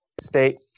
state